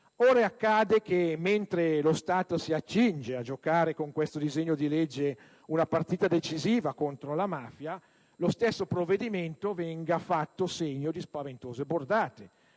in Aula. Mentre lo Stato si accinge a giocare con questo disegno di legge una partita decisiva contro la mafia, lo stesso provvedimento viene fatto segno di spaventose bordate.